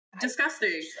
disgusting